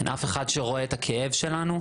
אין אף אחד שרואה את הכאב שלנו,